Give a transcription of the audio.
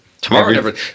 Tomorrow